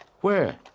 Where